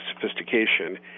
sophistication